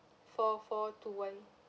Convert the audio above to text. four four two one